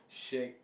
shag